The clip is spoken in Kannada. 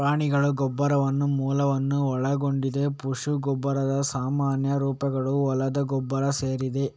ಪ್ರಾಣಿಗಳ ಗೊಬ್ಬರವು ಮಲವನ್ನು ಒಳಗೊಂಡಿದ್ದು ಪಶು ಗೊಬ್ಬರದ ಸಾಮಾನ್ಯ ರೂಪಗಳಲ್ಲಿ ಹೊಲದ ಗೊಬ್ಬರ ಸೇರಿದೆ